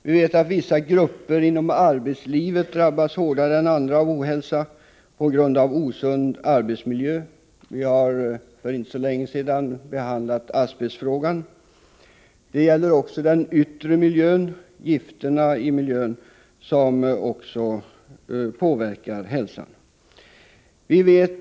Vi vet att vissa grupper inom arbetslivet drabbas hårdare än andra av ohälsa på grund av osund arbetsmiljö — vi har för inte så länge sedan behandlat asbestfrågan. Även den yttre miljön, gifterna i miljön, påverkar hälsan.